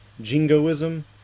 jingoism